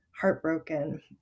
heartbroken